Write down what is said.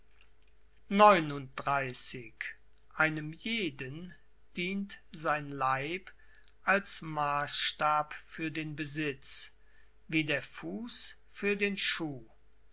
einem jeden dient sein leib als maßstab für den besitz wie der fuß für den schuh